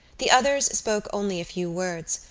the others spoke only a few words,